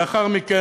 לאחר מכן,